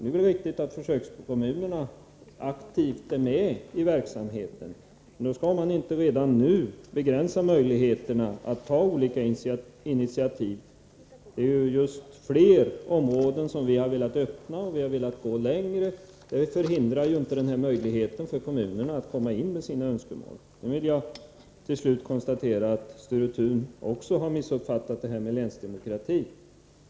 Det är viktigt att försökskommunerna aktivt är med i verksamheten, men då skall man inte redan nu begränsa möjligheterna för dem att ta olika initiativ. Det är just fler områden som vi har velat öppna. Vi har alltså velat gå längre. Därmed hindras inte kommunerna från att komma in med sina önskemål. Till slut vill jag konstatera att Sture Thun också har missuppfattat detta med länsdemokrati.